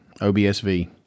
OBSV